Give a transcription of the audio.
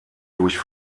durch